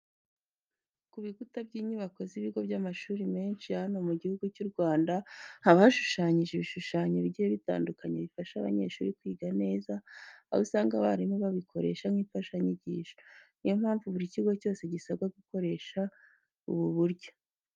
Ku bikuta by'inyubako z'ibigo by'amashuri menshi ya hano mu gihugu cy'u Rwanda, haba hashushanyije ibishushanyo bigiye bitandukanye, bifasha abanyeshuri kwiga neza, aho usanga abarimu babikoresha nk'imfashanyigisho. Niyo mpamvu, buri kigo cyose gisabwa gukoresha ubu buryo.